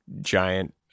giant